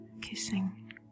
kissing